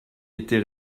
était